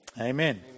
Amen